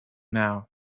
now